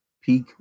peak